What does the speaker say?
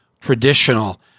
traditional